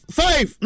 five